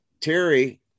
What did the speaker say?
Terry